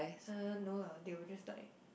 uh no lah they were just like